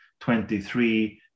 23